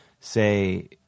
say